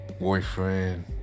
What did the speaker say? Boyfriend